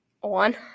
One